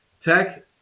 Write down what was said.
Tech